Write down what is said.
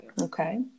Okay